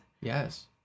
Yes